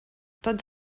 tots